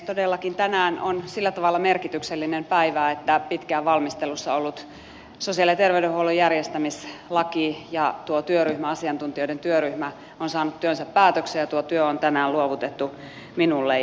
todellakin tänään on sillä tavalla merkityksellinen päivä että pitkään valmistelussa ollutta sosiaali ja terveydenhuollon järjestämislakia koskeva asiantuntijoiden työryhmä on saanut työnsä päätökseen ja tuo työ on tänään luovutettu minulle